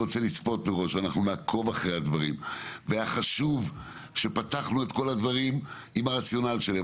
היה חשוב שפתחנו את כל הדברים עם הרציונל שלהם,